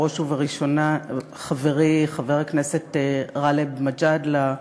בראש ובראשונה חברי חבר הכנסת גאלב מג'אדלה.